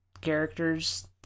characters